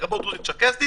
לרבות הדרוזית וצ'רקסית,